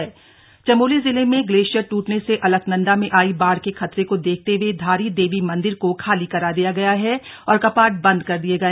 धारी देवी मंदिर चमोली जिले में ग्लेशियर टूटने से अलकनंदा में आयी बाढ़ के खतरे को देखते हुए धारी देवी मंदिर को खाली करा दिया गया है और कपाट बंद कर दिए गए